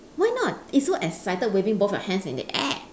why not he's so excited waving both his hands in the air